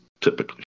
typically